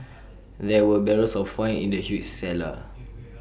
there were barrels of wine in the huge cellar